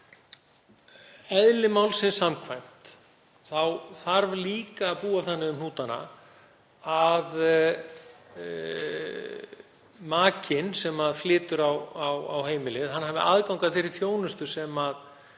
hafa. Eðli málsins samkvæmt þarf líka að búa þannig um hnútana að makinn sem flytur á heimilið hafi aðgang að þeirri þjónustu sem